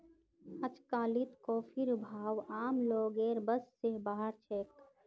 अजकालित कॉफीर भाव आम लोगेर बस स बाहर छेक